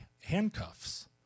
handcuffs